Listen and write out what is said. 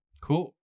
cool